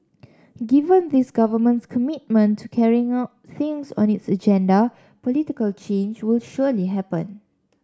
given this Government's commitment to carrying out things on its agenda political change will surely happen